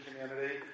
community